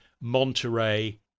Monterey